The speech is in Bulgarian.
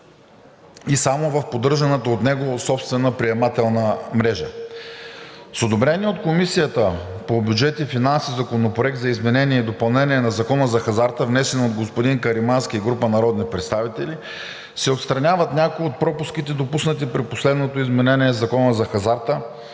и само в поддържаната от него собствена приемателна мрежа. С одобрен от Комисията по бюджет и финанси Законопроект за изменение и допълнение на Закона за хазарта, внесен от господин Каримански и група народни представители, се отстраняват някои от пропуските, допуснати при последното изменение на Закона за хазарта,